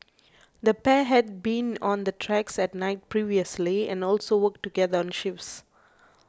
the pair had been on the tracks at night previously and also worked together on shifts